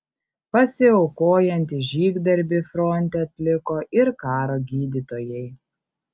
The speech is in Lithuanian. pasiaukojantį žygdarbį fronte atliko ir karo gydytojai